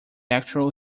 actual